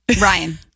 Ryan